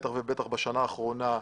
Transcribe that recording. בטח ובטח בשנה האחרונה,